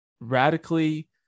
radically